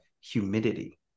humidity